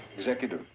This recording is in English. executive.